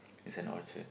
it's an orchard